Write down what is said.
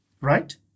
Right